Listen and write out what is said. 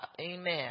Amen